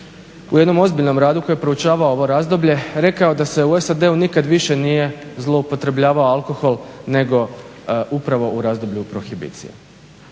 u jednom ozbiljnom radu koji je proučavao ovo razdoblje rekao da se u SAD-u nikad više nije zloupotrebljavao alkohol nego upravo u razdoblju prohibicije.